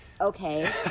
Okay